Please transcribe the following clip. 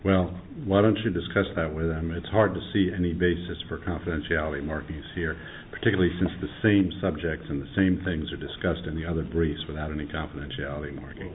well why don't you discuss that with them it's hard to see any basis for confidentiality marquees here particularly since the same subjects in the same things are discussed in the other briefs without any confidentiality marking